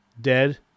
dead